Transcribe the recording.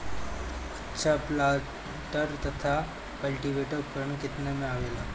अच्छा प्लांटर तथा क्लटीवेटर उपकरण केतना में आवेला?